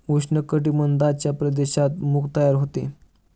उष्ण कटिबंधाच्या प्रदेशात मूग तयार होते